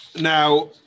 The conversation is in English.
Now